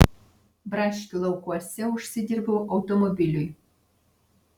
braškių laukuose užsidirbau automobiliui